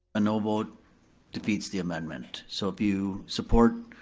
a no vote defeats the amendment. so if you support,